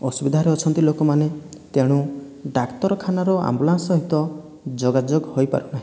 ଅସୁବିଧାରେ ଅଛନ୍ତି ଲୋକମାନେ ତେଣୁ ଡାକ୍ତରଖାନାର ଆମ୍ବୁଲାନ୍ସ ସହିତ ଯୋଗାଯୋଗ ହୋଇପାରୁନାହିଁ